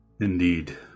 Indeed